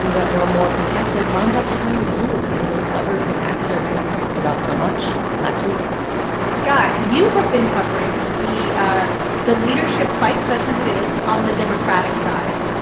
and but were more contested, wound up turning blue in those suburbs and exurbs that we talked about so much last week scott, you have been covering the ah the leadership fight, such as it is, on the democratic side.